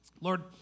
Lord